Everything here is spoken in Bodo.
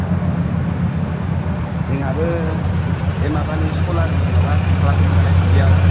आह जोंहाबो बे सलारनि माबा खालामदोंमोन नालाय दुब्लिआव